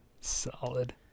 Solid